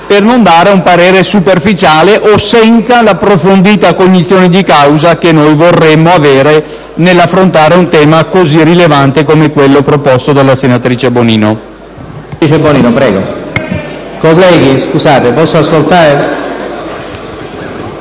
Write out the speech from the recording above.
per non dare un parere superficiale o senza l'approfondita cognizione di causa che noi vorremmo avere nell'affrontare un tema così rilevante come quello proposto dalla senatrice Bonino.